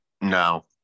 No